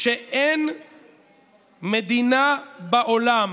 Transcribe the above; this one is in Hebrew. שאין מדינה בעולם